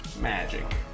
magic